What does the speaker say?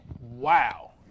Wow